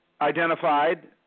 identified